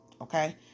okay